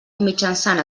mitjançant